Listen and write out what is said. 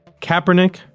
Kaepernick